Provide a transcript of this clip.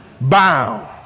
bound